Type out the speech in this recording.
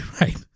Right